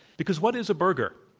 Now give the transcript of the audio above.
because what is a burger?